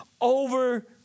over